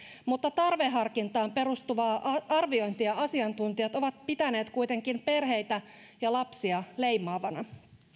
mutta tarveharkintaan perustuvaa arviointia asiantuntijat ovat pitäneet kuitenkin perheitä ja lapsia leimaavana